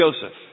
Joseph